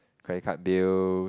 credit card bill